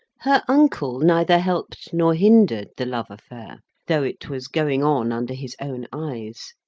her uncle neither helped nor hindered the love affair though it was going on under his own eyes.